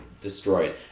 destroyed